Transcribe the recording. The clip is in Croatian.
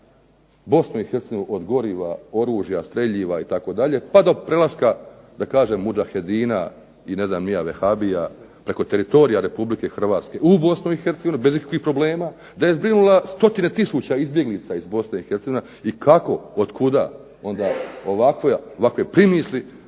Bosnu i Hercegovinu, od goriva, oružja, streljiva itd. pa do prelaska da kažem mudžahedina i vehabija preko teritorija Republike Hrvatske u Bosnu i Hercegovinu bez ikakvih problema, da je zbrinula stotine tisuća izbjeglica iz Bosne i Hercegovine. I kako, otkuda onda ovakve primisli